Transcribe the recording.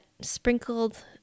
sprinkled